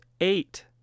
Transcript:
eight